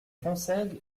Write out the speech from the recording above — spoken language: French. fonsègue